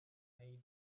made